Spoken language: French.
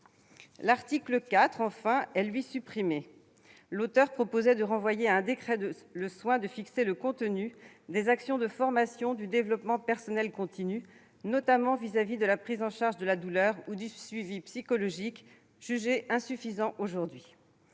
L'article 4, enfin, est supprimé. L'auteur du texte proposait de renvoyer à un décret le soin de fixer le contenu des actions de formation du développement personnel continu, notamment pour ce qui concerne la prise en charge de la douleur ou le suivi psychologique, jugés insuffisants aujourd'hui.